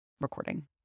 recording